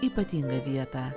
ypatingą vietą